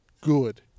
good